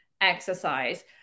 exercise